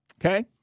Okay